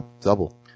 double